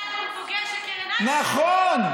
ואתה גם בוגר של קרן, נכון.